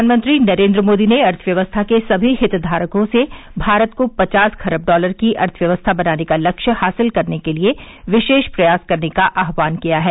प्रधानमंत्री नरेन्द्र मोदी ने अर्थव्यवस्था के सभी हितधारकों से भारत को पचास खरब डॉलर की अर्थव्यवस्था बनाने का लक्ष्य हासिल करने के लिए विशेष प्रयास करने का आह्वान किया है